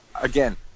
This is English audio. again